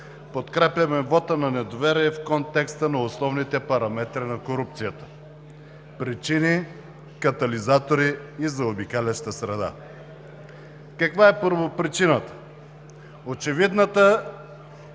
подкрепяме вота на недоверие в контекста на условните параметри на корупцията, причини, катализатори и заобикаляща среда. Каква е първопричината? Очевидната